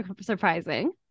surprising